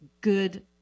good